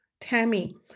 tammy